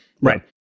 Right